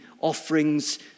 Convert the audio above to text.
offerings